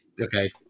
Okay